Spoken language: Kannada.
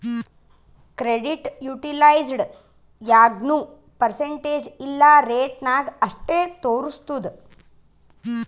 ಕ್ರೆಡಿಟ್ ಯುಟಿಲೈಜ್ಡ್ ಯಾಗ್ನೂ ಪರ್ಸಂಟೇಜ್ ಇಲ್ಲಾ ರೇಟ ನಾಗ್ ಅಷ್ಟೇ ತೋರುಸ್ತುದ್